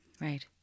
Right